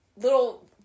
little